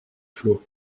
flots